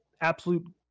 absolute